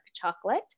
chocolate